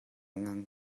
ngang